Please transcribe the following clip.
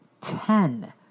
ten